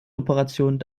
operationen